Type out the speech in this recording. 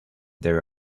their